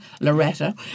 Loretta